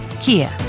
Kia